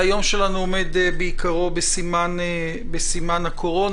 היום שלנו עומד בעיקרו בסימן הקורונה.